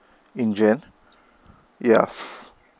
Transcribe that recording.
in jan yeah